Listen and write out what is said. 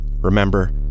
Remember